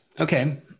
Okay